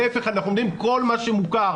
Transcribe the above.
להיפך, אנחנו אומרים שכל מה שמוכר